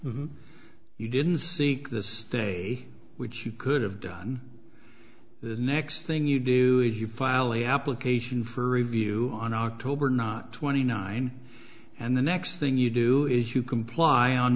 if you didn't seek this day which you could have done the next thing you do is you file the application for review on october not twenty nine and the next thing you do is you comply on